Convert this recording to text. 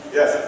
Yes